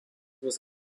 was